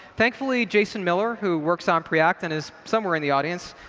thankfully, jason miller, who works on preact, and is somewhere in the audience.